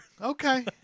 Okay